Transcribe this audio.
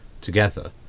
together